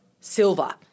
silver